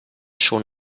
schon